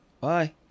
bye